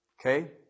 Okay